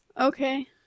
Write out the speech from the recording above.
Okay